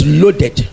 loaded